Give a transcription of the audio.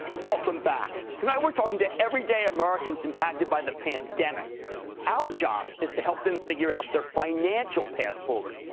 welcome back tonight we're talking to everyday americans impacted by the pandemic our job is to help them figure out their financial path forward.